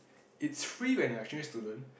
it's free when you're here to learn